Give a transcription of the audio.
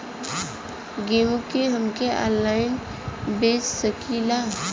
गेहूँ के हम ऑनलाइन बेंच सकी ला?